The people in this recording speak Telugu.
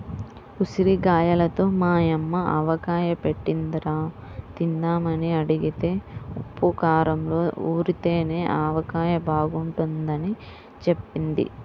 ఉసిరిగాయలతో మా యమ్మ ఆవకాయ బెట్టిందిరా, తిందామని అడిగితే ఉప్పూ కారంలో ఊరితేనే ఆవకాయ బాగుంటదని జెప్పింది